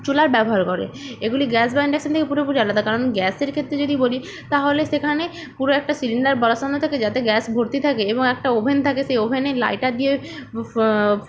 চুলার ব্যবহার করে এগুলি গ্যাস বা ইন্ডাকশান থেকে পুরোপুরি আলাদা কারণ গ্যাসের ক্ষেত্রে যদি বলি তাহলে সেখানে পুরো একটা সিলিন্ডার বসানো থাকে যাতে গ্যাস ভর্তি থাকে এবং একটা ওভেন থাকে সে ওভেনে লাইটার দিয়ে ফ